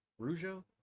Rougeau